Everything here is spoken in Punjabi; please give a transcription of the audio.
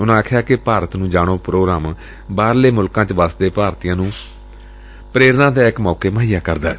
ਉਨੂਾ ਕਿਹਾ ਕਿ ਭਾਰਤ ਨੂੰ ਜਾਣੋ ਪ੍ਰੋਗਰਾਮ ਬਾਹਰਲੇ ਮੁਲਕਾਂ ਚ ਵਸਦੇ ਭਾਰਤੀਆਂ ਨੂੰ ਪ੍ਰੇਰਨਾਦਾਇਕ ਮੌਕੇ ਮੁਹੱਈਆ ਕਰਦੈ